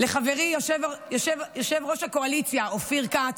לחברי יושב-ראש הקואליציה אופיר כץ.